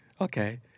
Okay